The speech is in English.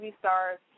stars